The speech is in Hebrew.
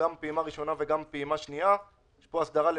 בוא נקל עליו.